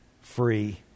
free